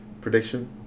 prediction